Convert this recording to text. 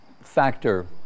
factor